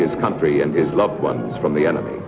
his country and his loved ones from the enemy